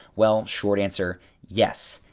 well, short answer yes.